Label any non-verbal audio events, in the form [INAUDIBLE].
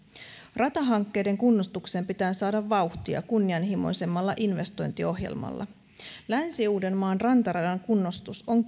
ratahankkeiden kunnostukseen pitää saada vauhtia kunnianhimoisemmalla investointiohjelmalla länsi uudenmaan rantaradan kunnostus on [UNINTELLIGIBLE]